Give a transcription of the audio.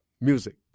music